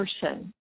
person